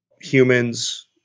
humans